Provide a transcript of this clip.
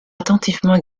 attentivement